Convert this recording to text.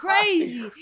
crazy